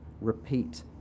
repeat